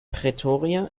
pretoria